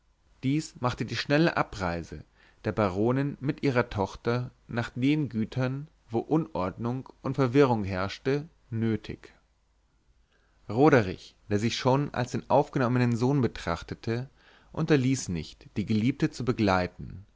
dies machte die schnelle abreise der baronin mit ihrer tochter nach den gütern wo unordnung und verwirrung herrschte nötig roderich der sich schon als den aufgenommenen sohn betrachtete unterließ nicht die geliebte zu begleiten